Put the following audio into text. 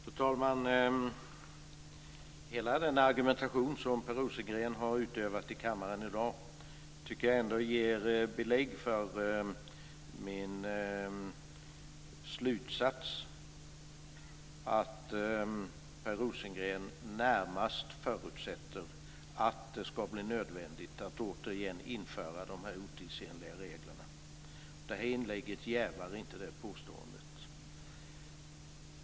Fru talman! Hela den argumentation som Per Rosengren har fört i kammaren i dag tycker jag ger belägg för min slutsats att Per Rosengren närmast förutsätter att det ska bli nödvändigt att återigen införa de här otidsenliga reglerna. Hans senaste inlägg jävar inte detta påstående.